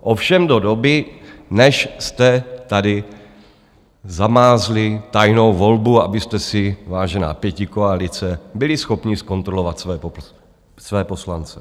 Ovšem do doby, než jste tady zamázli tajnou volbu, abyste si, vážená pětikoalice, byli schopni zkontrolovat své poslance.